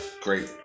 Great